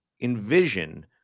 envision